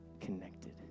connected